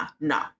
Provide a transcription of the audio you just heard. no